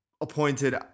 appointed